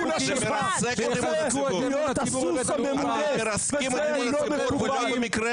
זה מה שיחזק את אמון הציבור בבית המשפט.